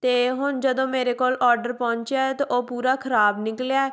ਅਤੇ ਹੁਣ ਜਦੋਂ ਮੇਰੇ ਕੋਲ ਔਡਰ ਪਹੁੰਚਿਆ ਹੈ ਅਤੇ ਉਹ ਪੂਰਾ ਖ਼ਰਾਬ ਨਿਕਲਿਆ